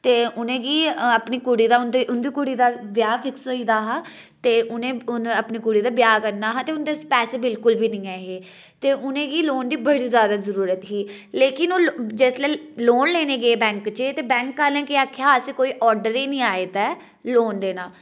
ते उ'नेंगी अपनी कुड़ी दा उंदी अपनी कुड़ी दा ब्याह् फिक्स होई दा हा ते उ'नें अपनी कुड़ी दा ब्याह करना हा ते उंदे कोल पैसे बिल्कुल बी निं ऐ हे ते उ'नेंगी लोन दी बड़ी जादा जरूरत ही लेकिन ओह् जिसलै ओह् लोन लैने गी गे बैंक च ते बैंक आह्लें केह् आक्खेआ असें ई कोई ऑर्डर निं आए दा ऐ लोन देना